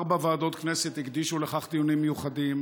ארבע ועדות כנסת הקדישו לכך דיונים מיוחדים,